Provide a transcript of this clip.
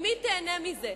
ומי תיהנה מזה?